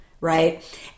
Right